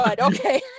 Okay